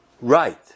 Right